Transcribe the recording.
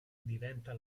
diventa